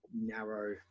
narrow